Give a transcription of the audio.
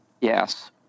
Yes